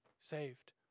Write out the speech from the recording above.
saved